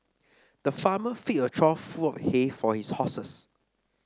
the farmer filled a trough full of hay for his horses